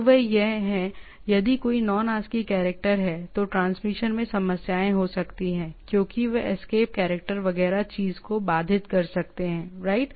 तो वे हैं यदि कोई नॉन आस्की कैरेक्टर है तो ट्रांसमिशन में समस्याएं हो सकती हैं क्योंकि वे एस्केप कैरक्टर वगैरह चीज को बाधित कर सकते हैं राइट